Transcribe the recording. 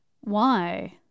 Why